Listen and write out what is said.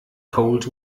cold